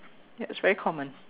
ya it's very common